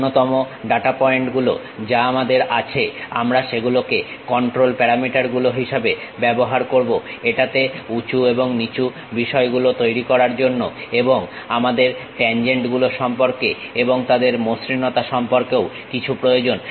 ন্যূনতম data point গুলো যা আমাদের আছে আমরা সেগুলোকে কন্ট্রোল প্যারামিটার গুলো হিসেবে ব্যবহার করবো এটাতে উঁচু এবং নিচু বিষয়গুলো তৈরি করার জন্য এবং আমাদের ট্যানজেন্ট গুলো সম্পর্কে এবং তাদের মসৃণতা সম্পর্কেও কিছু প্রয়োজন